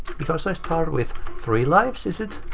because i start with. three lives, is it?